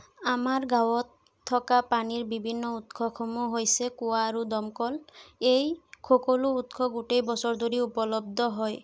আমাৰ গাঁৱত থকা পানীৰ বিভিন্ন উৎসসমূহ হৈছে কুৱা আৰু দমকল এই সকলো উৎস গোটেই বছৰ ধৰিও উপলব্ধ হয়